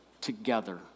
together